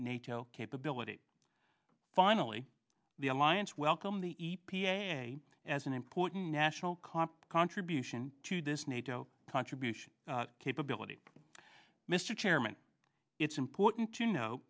nato capability finally the alliance welcome the e p a as an important national cop contribution to this nato contribution capability mr chairman it's important to no